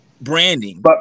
branding